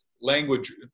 language